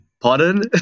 Pardon